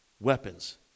weapons